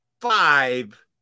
five